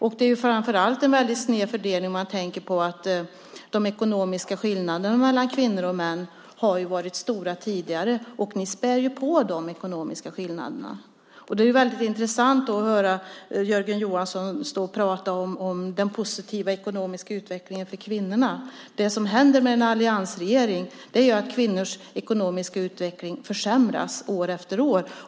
Det är framför allt en väldigt sned fördelning om man tänker på att de ekonomiska skillnaderna mellan kvinnor och män har varit stora tidigare. Och ni spär på dessa ekonomiska skillnader. Då är det väldigt intressant att höra Jörgen Johansson stå och tala om den positiva ekonomiska utvecklingen för kvinnorna. Det som händer när vi har alliansregeringen är att kvinnors ekonomiska utveckling försämras år efter år.